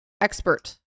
expert